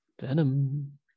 Venom